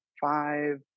five